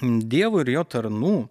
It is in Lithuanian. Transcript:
dievo ir jo tarnų